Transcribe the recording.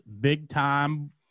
big-time